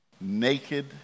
Naked